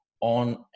on